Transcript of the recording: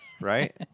right